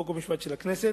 חוק ומשפט של הכנסת,